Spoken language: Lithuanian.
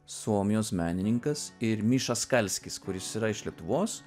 suomijos menininkas ir miša skalskis kuris yra iš lietuvos